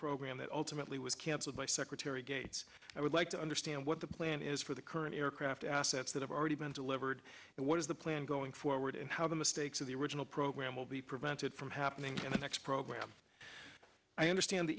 program that ultimately was canceled by secretary gates i would like to understand what the plan is for the current aircraft assets that have already been delivered and what is the plan going forward and how the mistakes of the original program will be prevented from happening in the next program i understand the